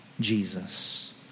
Jesus